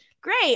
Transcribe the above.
great